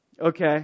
Okay